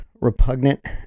repugnant